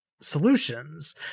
solutions